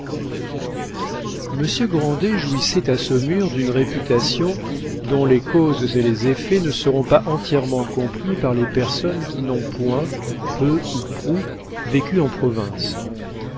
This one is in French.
monsieur grandet jouissait à saumur d'une réputation dont les causes et les effets ne seront pas entièrement compris par les personnes qui n'ont point peu ou prou vécu en province